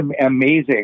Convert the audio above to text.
amazing